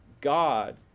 God